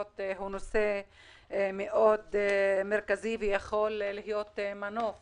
הוא נושא מאוד מרכזי שיכול להיות מנוף